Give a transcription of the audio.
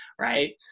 Right